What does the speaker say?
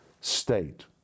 state